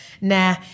nah